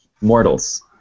mortals